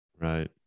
Right